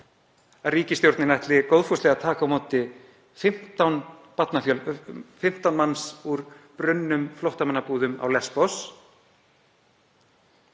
ríkisstjórnin ætli góðfúslega að taka á móti 15 manns úr brunnum flóttamannabúðum á Lesbos